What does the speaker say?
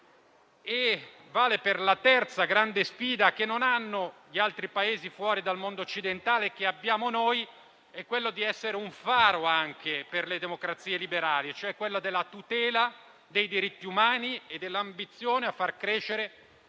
Vale per la grande sfida che non hanno gli altri Paesi fuori dal mondo occidentale e che abbiamo noi: quella di essere anche un faro per le democrazie liberali, ovvero quella della tutela dei diritti umani e dell'ambizione a far crescere